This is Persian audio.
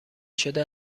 شده